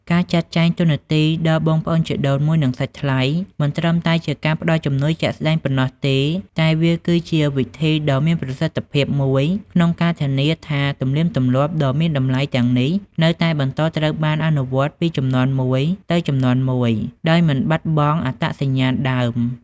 ការចាត់ចែងតួនាទីដល់បងប្អូនជីដូនមួយ និងសាច់ថ្លៃ មិនត្រឹមតែជាការផ្តល់ជំនួយជាក់ស្តែងប៉ុណ្ណោះទេ តែវាគឺជា វិធីដ៏មានប្រសិទ្ធភាពមួយក្នុងការធានាថាទំនៀមទម្លាប់ដ៏មានតម្លៃទាំងនេះនៅតែបន្តត្រូវបានអនុវត្តពីជំនាន់មួយទៅជំនាន់មួយ ដោយមិនបាត់បង់អត្តសញ្ញាណដើម។